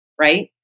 right